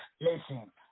listen